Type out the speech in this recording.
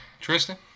Tristan